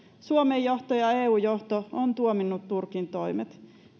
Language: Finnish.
suomen johto ja eun johto ovat tuominneet turkin toimet